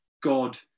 God